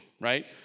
right